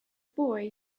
boy